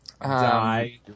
die